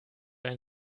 ein